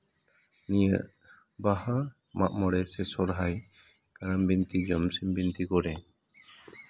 ᱱᱤᱭᱟᱹ ᱵᱟᱦᱟ ᱢᱟᱜ ᱢᱚᱬᱮ ᱥᱮ ᱥᱚᱦᱚᱨᱟᱭ ᱠᱟᱨᱟᱢ ᱵᱤᱱᱛᱤ ᱡᱚᱢ ᱥᱤᱢ ᱵᱤᱱᱛᱤ ᱠᱚᱨᱮ